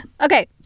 Okay